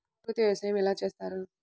ప్రకృతి వ్యవసాయం ఎలా చేస్తారు?